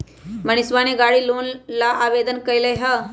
मनीषवा ने गाड़ी लोन ला आवेदन कई लय है